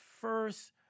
first